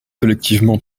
collectivement